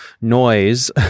noise